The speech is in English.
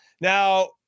Now